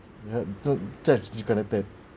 you do tap you going to tap